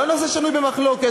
לא נושא שנוי במחלוקת.